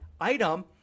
item